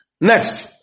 Next